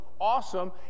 awesome